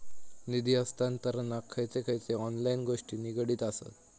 निधी हस्तांतरणाक खयचे खयचे ऑनलाइन गोष्टी निगडीत आसत?